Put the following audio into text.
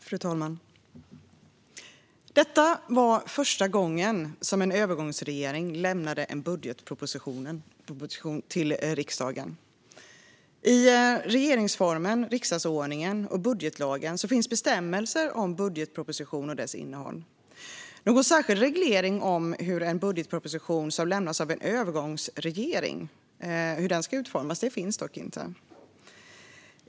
Fru talman! Detta var första gången som en övergångsregering lämnade en budgetproposition till riksdagen. I regeringsformen, riksdagsordningen och budgetlagen finns bestämmelser om budgetpropositionen och dess innehåll. Någon särskild reglering av hur en budgetproposition som lämnas av en övergångsregering ska utformas finns dock inte.